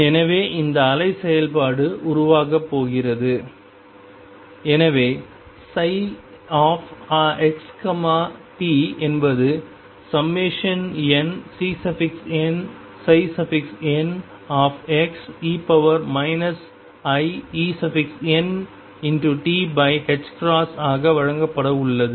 எனவே இந்த அலை செயல்பாடு உருவாகப் போகிறது எனவே ψxt என்பது nCnnxe iEnt ஆக வழங்கப்பட உள்ளது